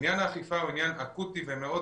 עניין האכיפה הוא עניין אקוטי וחשוב מאוד